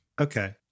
Okay